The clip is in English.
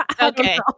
Okay